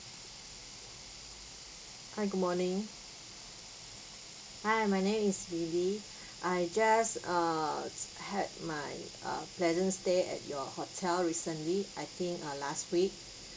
hi good morning hi my name is lily I just err had my uh pleasant stay at your hotel recently I think uh last week